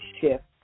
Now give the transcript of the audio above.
shift